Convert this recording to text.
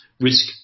Risk